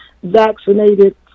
Vaccinated